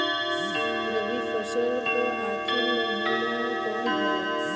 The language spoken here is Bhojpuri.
रवि फसल क आखरी महीना कवन होला?